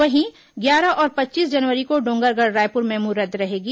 वहीं ग्यारह और पच्चीस जनवरी को डोंगरगढ़ रायपुर मेमू रद्द रहेगी